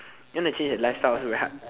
you want to change your lifestyle also very hard